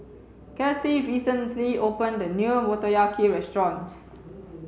Kathy recently opened a new Motoyaki restaurant